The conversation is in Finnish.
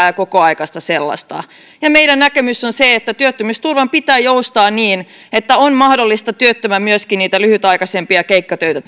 ja kokoaikaista sellaista meidän näkemyksemme on se että työttömyysturvan pitää joustaa niin että on mahdollista työttömän myöskin niitä lyhytaikaisempia keikkatöitä